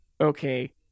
okay